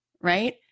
right